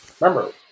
Remember